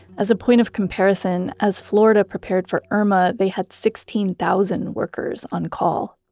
as a point of comparison, as florida prepared for irma, they had sixteen thousand workers on call.